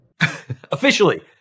Officially